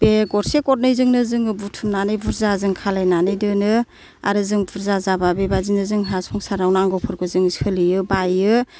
बे गरसे गरनैजोंनो जों बुथुमनानै बुरजा जों खालायनानै दोनो आरो जों बुरजा जाबा बेबायदिनो जोंहा संसाराव नांगौफोरखौ जों सोलियो बायो